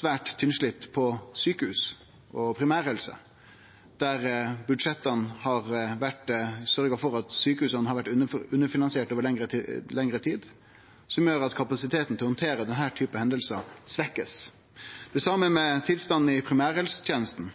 svært tynnsliten på sjukehusa og i primærhelsetenesta. Budsjetta har sørgd for at sjukehusa har vore underfinansierte over lengre tid, noko som gjer at kapasiteten til å handtere denne typen hendingar blir svekt. Det same gjeld tilstanden i